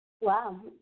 Wow